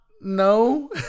No